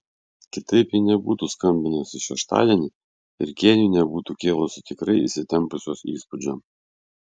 kitaip ji nebūtų skambinusi šeštadienį ir kėniui nebūtų kėlusi tikrai įsitempusios įspūdžio